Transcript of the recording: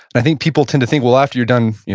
i think people tend to think, well after you're done,